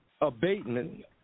abatement